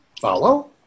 Follow